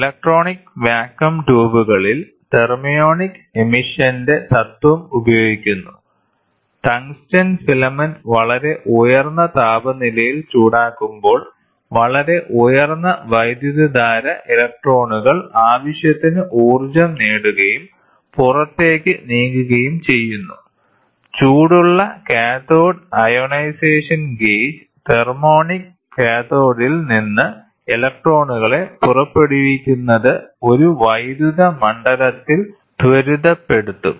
electronic vacuum ട്യൂബുകളിൽ thermionic എമിഷന്റെ തത്വം ഉപയോഗിക്കുന്നു ടങ്സ്റ്റൺ ഫിലമെന്റ് വളരെ ഉയർന്ന താപനിലയിൽ ചൂടാകുമ്പോൾ വളരെ ഉയർന്ന വൈദ്യുതധാര ഇലക്ട്രോണുകൾ ആവശ്യത്തിന് ഊർജ്ജം നേടുകയും പുറത്തേക്ക് നീങ്ങുകയും ചെയ്യുന്നു ചൂടുള്ള കാഥോഡ് അയോണൈസേഷൻ ഗേജ് തെർമോണിക് കാഥോഡിൽ നിന്ന് ഇലക്ട്രോണുകളെ പുറപ്പെടുവിക്കുന്നത് ഒരു വൈദ്യുത മണ്ഡലത്തിൽ ത്വരിതപ്പെടുത്തും